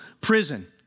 prison